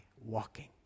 walking